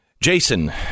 Jason